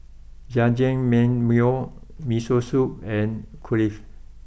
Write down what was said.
Jajangmyeon Miso Soup and Kulfi